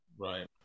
Right